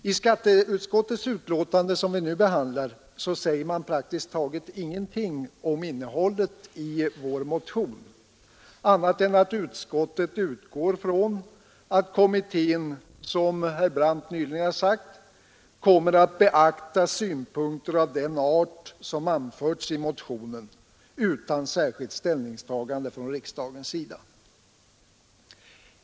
I skatteutskottets betänkande som vi nu behandlar säger man praktiskt taget ingenting om innehållet i vår motion, annat än att utskottet utgår från att kommittén — som herr Brandt nyligen sagt — kommer att beakta synpunkter av en art som anförts i motionen utan särskilt ställningstagande från riksdagens sida.